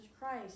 Christ